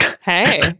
Hey